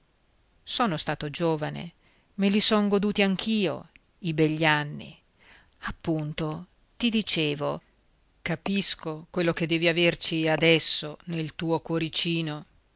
sono stato giovane me li son goduti anch'io i begli anni appunto ti dicevo capisco quello che devi averci adesso nel tuo cuoricino